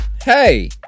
Hey